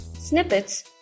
snippets